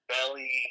belly